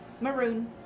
Maroon